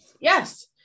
Yes